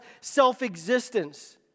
self-existence